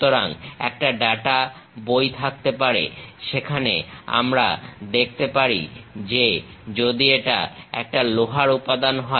সুতরাং একটা ডাটা বই থাকতে হবে যেখানে আমরা দেখতে পারি যদি এটা একটা লোহার উপাদান হয়